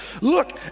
look